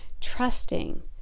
trusting